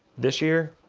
this year?